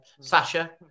Sasha